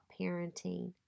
parenting